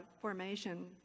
formation